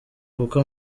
kuko